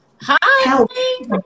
Hi